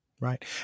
Right